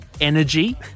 energy